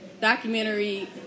documentary